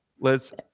Liz